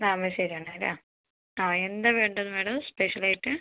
താമരശ്ശേരി ആണ് വരാ ആ എന്താണ് വേണ്ടത് മാഡം സ്പെഷ്യൽ ആയിട്ട്